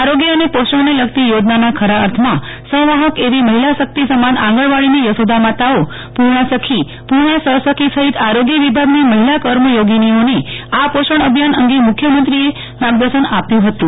આરોગ્ય અને પોષણને લગતી યોજનાના ખરા અર્થમાં સંવાહક એવી મહિલાશક્તિ સમાન આંગણવાડીની યશોદા માતાઓ પૂર્ણા સખી પૂર્ણા સહસખી સહિત આરોગ્ય વિભાગની મહિલા કર્મચોગિનીઓને આ પોષણ અભિયાન અંગે મુખ્યમંત્રી માર્ગદર્શન આપ્યુ હતું